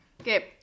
Okay